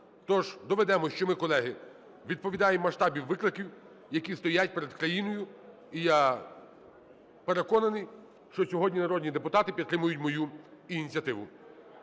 Тож доведемо, що ми, колеги, відповідаємо масштабам викликів, які стоять перед країною. І я переконаний, що сьогодні народні депутати підтримають мою ініціативу.